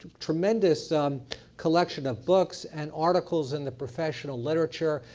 tremendous um collection of books and articles in the professional literature.